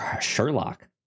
Sherlock